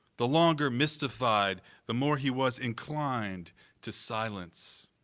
the longer mystified the more he was inclined to silence.